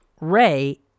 Ray